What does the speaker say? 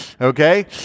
Okay